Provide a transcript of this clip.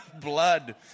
blood